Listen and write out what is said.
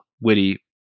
witty